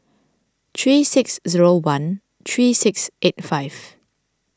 three six zero one three six eight five